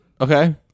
Okay